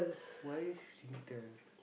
why Singtel